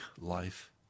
life